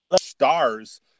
stars